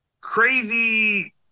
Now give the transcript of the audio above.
crazy